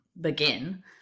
begin